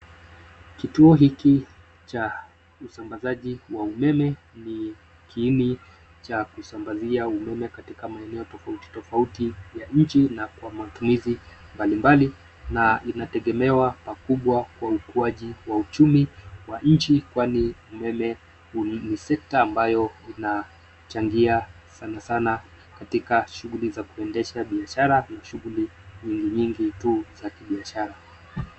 Kituo hiki cha usambazaji wa umeme ni kiini cha kusambazia wa umeme katika maeneo tofauti ya nchi na kwa matumizi mbalimbali. Na linategemewa pakubwa kwa ukuaji wa uchumi wa nchi kwani umeme ni sekta ambayo inachangia sana sana katika shughuli za kuendesha biashara, na shughuli nyingi tu za kibiashara.